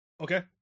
Okay